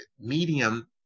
medium